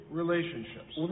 relationships